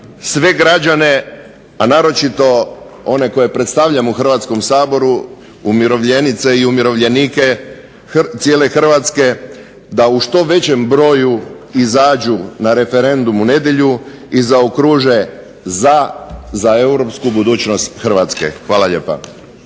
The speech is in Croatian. sve građane, a naročito one koje predstavljam u Hrvatskom saboru umirovljenice i umirovljenike cijele Hrvatske da u što većem broju izađu na referendum u nedjelju i zaokruže ZA za europsku budućnost Hrvatske. Hvala lijepa.